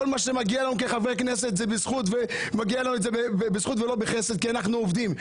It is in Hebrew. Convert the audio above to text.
כול מה שמגיע לנו כחברי כנסת זה בזכות ולא בחסד כי אנחנו עובדים.